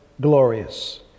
glorious